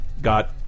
Got